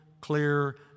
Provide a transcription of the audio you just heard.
clear